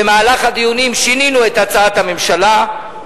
במהלך הדיונים שינינו את הצעת הממשלה,